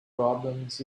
problems